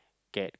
get